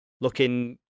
looking